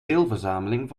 deelverzameling